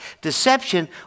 deception